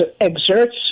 exerts